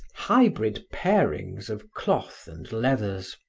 hybrid pairings of cloth and leathers.